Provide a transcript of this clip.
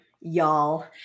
y'all